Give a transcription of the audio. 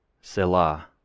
Selah